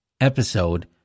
episode